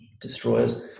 destroyers